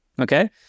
okay